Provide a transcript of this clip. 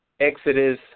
Exodus